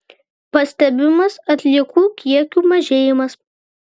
pastebimas atliekų kiekių mažėjimas